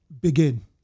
begin